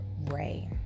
Ray